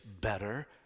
better